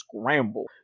scramble